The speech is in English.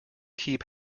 keep